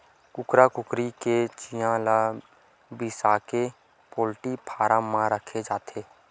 कुकरा कुकरी के चिंया ल बिसाके पोल्टी फारम म राखे जाथे